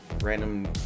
random